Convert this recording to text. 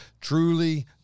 truly